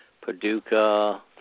Paducah